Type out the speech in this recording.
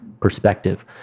perspective